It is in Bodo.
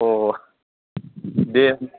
दे